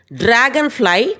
dragonfly